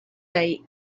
day